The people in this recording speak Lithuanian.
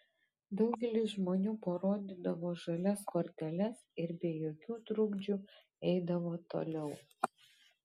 daugelis žmonių parodydavo žalias korteles ir be jokių trukdžių eidavo toliau